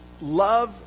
love